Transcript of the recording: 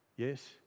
Yes